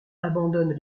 abandonnent